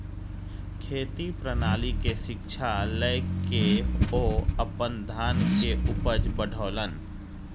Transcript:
खेती प्रणाली के शिक्षा लय के ओ अपन धान के उपज बढ़ौलैन